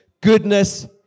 goodness